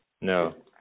No